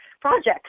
projects